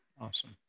Awesome